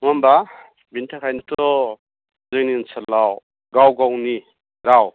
नङा होमबा बिनि थाखायनोथ' जोंनि ओनसोलाव गाव गावनि राव